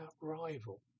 rival